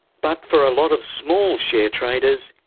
but for a lot of small share traders,